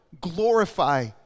glorify